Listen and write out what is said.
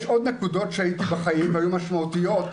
יש עוד נקודות שהייתי בחיים והיו משמעותיות,